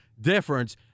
difference